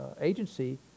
Agency